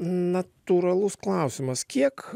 natūralus klausimas kiek